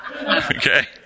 Okay